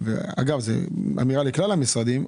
אגב זו אמירה לכלל המשרדים,